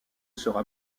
sera